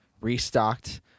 restocked